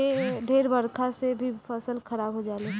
ढेर बरखा से भी फसल खराब हो जाले